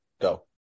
Go